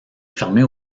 fermée